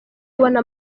kubona